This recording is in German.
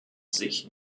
sich